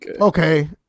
Okay